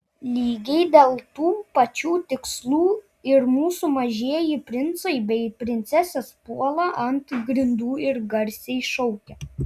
lygiai dėl tų pačių tikslų ir mūsų mažieji princai bei princesės puola ant grindų ir garsiai šaukia